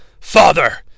Father